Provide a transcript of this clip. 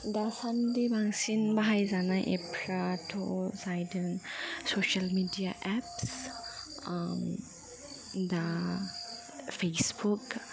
दासान्दि बांसिन बाहायजानाय एपफ्राथ' जाहैदों ससियेल मिडिया एप्स दा फेसबुक